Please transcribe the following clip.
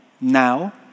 now